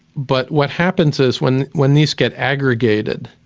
but what happens is, when when these get aggregated,